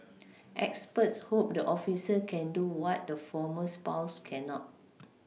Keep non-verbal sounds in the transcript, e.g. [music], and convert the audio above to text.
[noise] experts hope the officer can do what the former spouse cannot